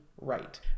right